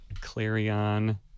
Clarion